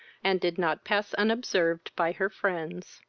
and did not pass unobserved by her friends.